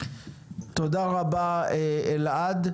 תודה רבה, אלעד.